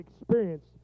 experience